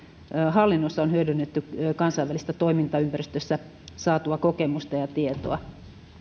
hallinnossa on hyödynnetty kansainvälisessä toimintaympäristössä saatua kokemusta ja tietoa